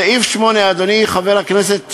סעיף 8, אדוני חבר הכנסת שטרן,